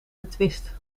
betwist